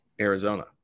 Arizona